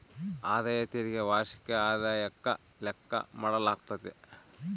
ಆದಾಯ ತೆರಿಗೆ ವಾರ್ಷಿಕ ಆದಾಯುಕ್ಕ ಲೆಕ್ಕ ಮಾಡಾಲಾಗ್ತತೆ